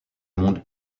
monde